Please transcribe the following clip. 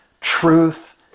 Truth